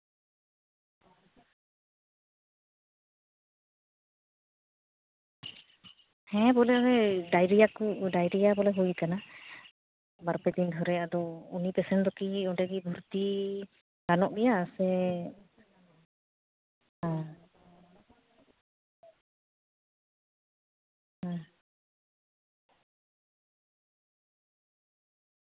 ᱦᱮᱸ ᱵᱚᱞᱮ ᱚᱱᱮ ᱰᱟᱭᱨᱤᱭᱟ ᱠᱚ ᱰᱟᱭᱨᱤᱭᱟ ᱦᱩᱭ ᱠᱟᱱᱟ ᱵᱟᱨ ᱯᱮ ᱫᱤᱱ ᱫᱷᱚᱨᱮ ᱟᱫᱚ ᱩᱱᱤ ᱯᱮᱥᱮᱱ ᱫᱚᱠᱤ ᱚᱸᱰᱮᱜᱮ ᱵᱷᱩᱨᱛᱤ ᱜᱟᱱᱚᱜ ᱜᱮᱭᱟ ᱥᱮ